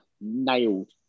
nailed